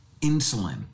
insulin